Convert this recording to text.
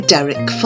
Derek